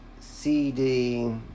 CD